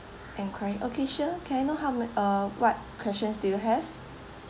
inquiry okay sure can I know how ma~ uh what questions do you have